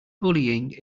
bullying